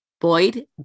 Boyd